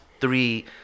three